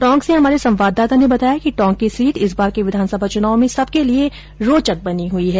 टोंक से हमारे संवाददाता ने बताया कि टोंक की सीट इस बार के विधानसभा चुनाव में सबके लिये रौचक बनी हुई है